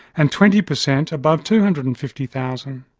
and twenty percent above two hundred and fifty thousand